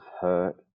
hurt